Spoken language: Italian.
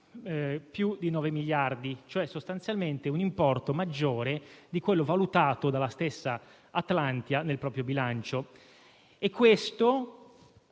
più di nove miliardi, cioè sostanzialmente un importo maggiore di quello valutato dalla stessa Atlantia nel proprio bilancio. In tutto